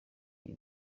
ibyo